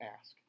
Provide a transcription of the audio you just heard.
ask